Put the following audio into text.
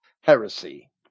heresy